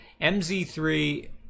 MZ3